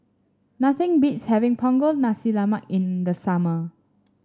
nothing beats having Punggol Nasi Lemak in the summer